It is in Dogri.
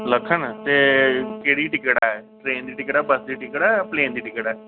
लखन ते केह्ड़ी टिकट ऐ ट्रेन दी टिकट ऐ बस दी टिकट ऐ प्लेन दी टिकट ऐ